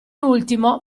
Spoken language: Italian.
ultimo